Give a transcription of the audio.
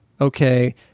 okay